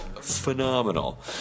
phenomenal